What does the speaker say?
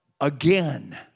again